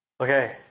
Okay